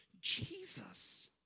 Jesus